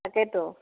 তাকেইতো